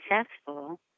successful